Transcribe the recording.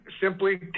simply